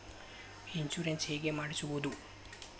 Insurance ಹೇಗೆ ಮಾಡಿಸುವುದು?